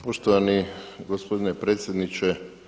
Poštovani gospodine predsjedniče.